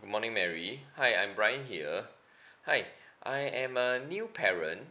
good morning mary hi I am brian here hi I am a new parent